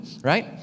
right